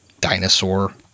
dinosaur